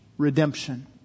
redemption